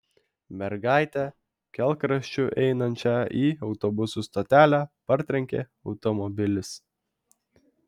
mergaitę kelkraščiu einančią į autobusų stotelę partrenkė automobilis